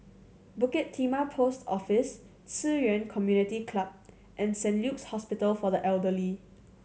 Bukit Timah Post Office Ci Yuan Community Club and Saint Luke's Hospital for the Elderly